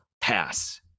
pass